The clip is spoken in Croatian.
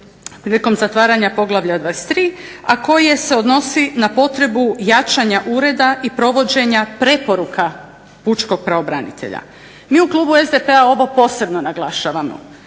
prilikom zatvaranja poglavlja 23. a koje se odnosi na potrebu jačanja ureda i provođenja preporuka pučkog pravobranitelja. Mi u klubu SDP-a ovo posebno naglašavamo.